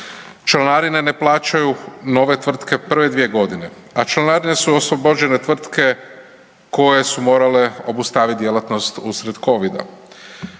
Članarine ne plaćaju nove tvrtke prve dvije godine, a članarine su oslobođene tvrtke koje su morale obustavit djelatnost usred Covida.